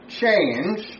change